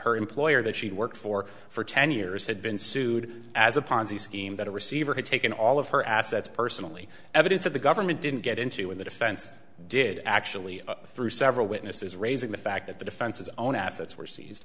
her employer that she worked for for ten years had been sued as a ponzi scheme that a receiver had taken all of her assets personally evidence that the government didn't get into when the defense did actually through several witnesses raising the fact that the defense's own assets were